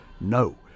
No